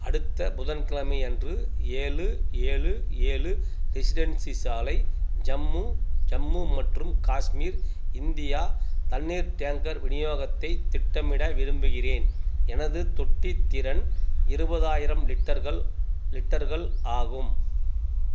அடுத்த புதன்கிழமை அன்று ஏழு ஏழு ஏழு ரெசிடென்சி சாலை ஜம்மு ஜம்மு மற்றும் காஷ்மீர் இந்தியா தண்ணீர் டேங்கர் விநியோகத்தை திட்டமிட விரும்புகிறேன் எனது தொட்டி திறன் இருபதாயிரம் லிட்டர்கள் லிட்டர்கள் ஆகும்